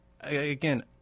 again